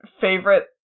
favorite